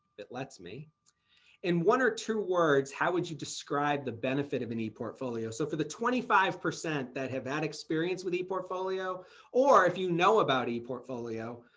that lets me in one or two words, how would you describe the benefit of an eportfolio? so for the twenty five percent that have had experience with eportfolio? or if you know about an eportfolio?